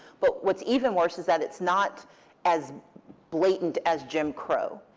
but what's even worse is that it's not as blatant as jim crow.